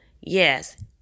yes